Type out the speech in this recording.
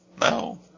No